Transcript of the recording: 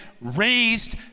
raised